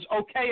okay